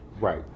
Right